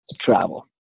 travel